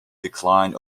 decline